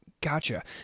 Gotcha